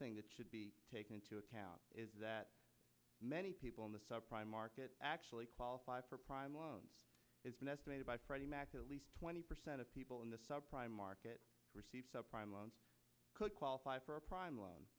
thing that should be taken into account is that many people in the subprime market actually qualified for prime loans it's been estimated by freddie mac at least twenty percent of people in the subprime market subprime loans could qualify for a prime loan